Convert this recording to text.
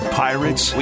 pirates